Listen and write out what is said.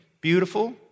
beautiful